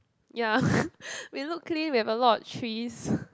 ya we look clean we have a lot of trees